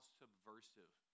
subversive